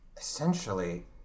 Essentially